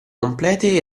complete